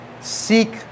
seek